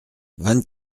vingt